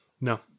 No